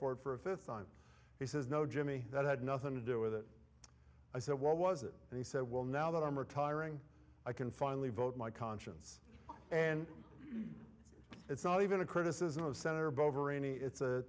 it for a fifth time he says no jimmy that had nothing to do with it i said what was it and he said well now that i'm retiring i can finally vote my conscience and it's not even a criticism of senator